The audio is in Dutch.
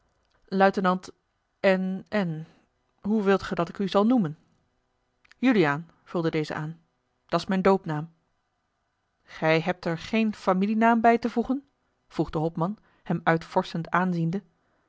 n n hoe wilt ge dat ik u zal noemen juliaan vulde deze aan dat's mijn doopnaam gij hebt er geen familienaam bij te voegen vroeg de hopman hem uitvorschend aanziende